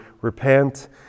repent